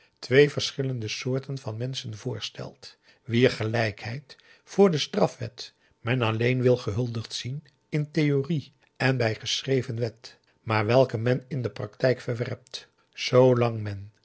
twee verschillende soorten van menschen voorstelt wier gelijkheid voor de strafwet men alleen wil gehuldigd zien in theorie en bij geschreven wet maar welke men in de praktijk verwerpt zoolang men